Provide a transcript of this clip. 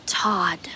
Todd